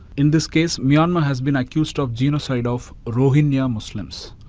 in this case, myanmar has been accused of genocide of rohingya muslims.